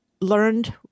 learned